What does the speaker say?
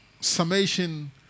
summation